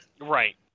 Right